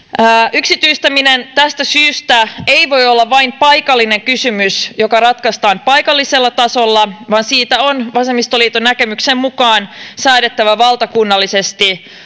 yksityistäminen tästä syystä ei voi olla vain paikallinen kysymys joka ratkaistaan paikallisella tasolla vaan siitä on vasemmistoliiton näkemyksen mukaan säädettävä valtakunnallisesti